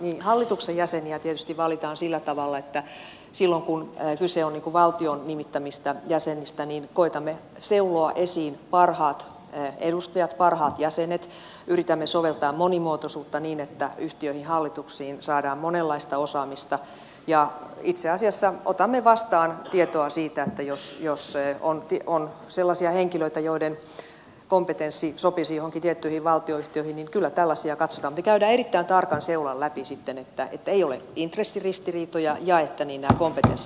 niin hallituksen jäseniä tietysti valitaan sillä tavalla että silloin kun kyse on valtion nimittämistä jäsenistä koetamme seuloa esiin parhaat edustajat parhaat jäsenet yritämme soveltaa monimuotoisuutta niin että yhtiöiden hallituksiin saadaan monenlaista osaamista ja itse asiassa otamme vastaan tietoa siitä että jos on sellaisia henkilöitä joiden kompetenssi sopisi joihinkin tiettyihin valtionyhtiöihin niin kyllä tällaisia katsotaan mutta käydään erittäin tarkan seulan läpi sitten että ei ole intressiristiriitoja ja että nämä kompetenssit ovat sopivat